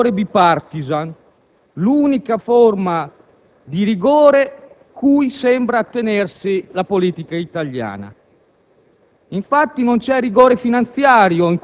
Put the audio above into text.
il tutto con rigore *bipartisan*, l'unica forma di rigore cui sembra attenersi la politica italiana.